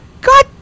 god